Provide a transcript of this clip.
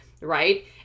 right